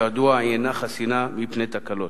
כידוע, היא אינה חסינה מפני תקלות.